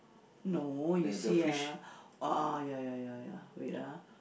no you see ah orh ya ya ya ya wait ah